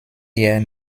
ihr